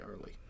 early